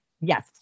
Yes